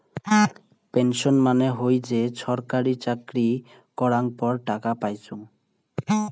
pension মানে হই যে ছরকারি চাকরি করাঙ পর টাকা পাইচুঙ